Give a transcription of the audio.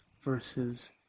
versus